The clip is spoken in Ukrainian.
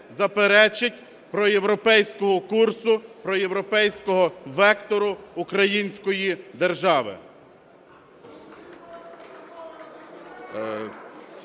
заперечить проєвропейського курсу, проєвропейського вектору української держави.